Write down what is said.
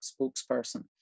spokesperson